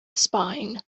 spine